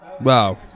Wow